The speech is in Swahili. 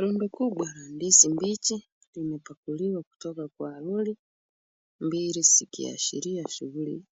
Rundo kubwa la ndizi mbichi, limepakuliwa kutoka kwa lori mbili zikiashiria shughuli